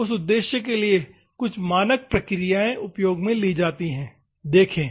उस उद्देश्य के लिए कुछ मानक प्रक्रियाएं उपयोग में ली जाती हैं देखें